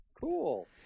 cool